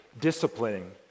disciplining